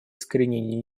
искоренения